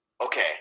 okay